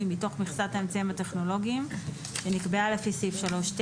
מתוך מכסת האמצעים הטכנולוגיים שנקבעה לפי סעיף 3ט,